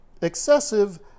excessive